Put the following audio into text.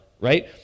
right